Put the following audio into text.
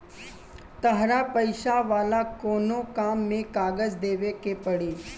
तहरा पैसा वाला कोनो काम में कागज देवेके के पड़ी